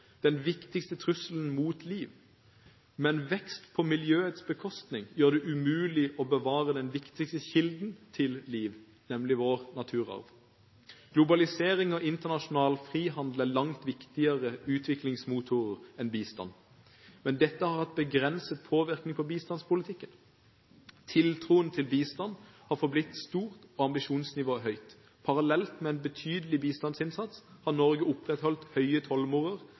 den viktigste trusselen mot liv. Men vekst på miljøets bekostning gjør det umulig å bevare den viktigste kilden til liv – nemlig vår naturarv. Globalisering og internasjonal frihandel er langt kraftigere utviklingsmotorer enn bistand, men dette har hatt begrenset påvirkning på bistandspolitikken. Tiltroen til bistand har forblitt stor og ambisjonsnivået høyt. Parallelt med en betydelig bistandsinnsats har Norge opprettholdt høye